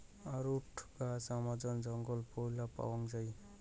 arrowroot গছ Amazon জঙ্গলত পৈলা পাওয়াং যাই